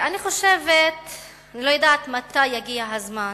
אני לא יודעת מתי יגיע הזמן